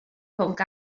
pwnc